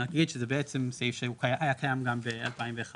להגיד שזה בעצם סעיף שהיה קיים גם ב-2011.